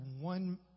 one